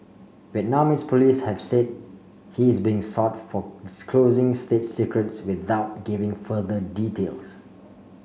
Vietnamese police have said he is being sought for disclosing state secrets without giving further details